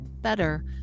better